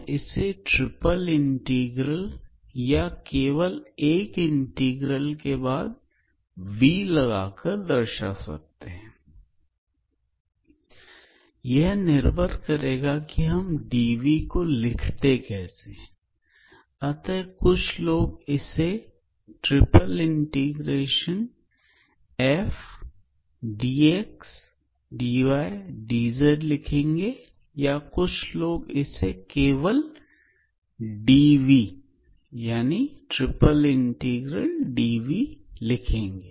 हम इसे triple integral या केवल एक इंटीग्रल के बाद V लगाकर दिखा सकते हैं और यह निर्भर करेगा कि हम dV को लिखते कैसे हैं अतः कुछ लोग इसे इस प्रकार ∭V𝑓𝑑𝑥𝑑𝑦𝑑𝑧 लिखेंगे या कुछ लोग इसे केवल dV लिखेंगे